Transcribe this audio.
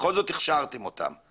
בכל זאת הכשרתם אותם.